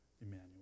Emmanuel